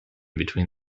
between